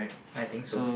I think so